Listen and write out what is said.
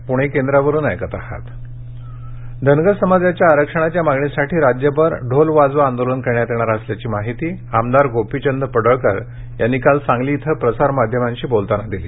पडळकर धनगर समाजाच्या आरक्षणाच्या मागणीसाठी राज्यभर ढोल वाजवा आंदोलन करण्यात येणार असल्याची माहिती आमदार गोपीचंद पडळकर यांनी काल सांगलीत प्रसार माध्यमांशी बोलताना दिली